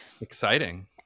Exciting